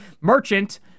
merchant